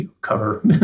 cover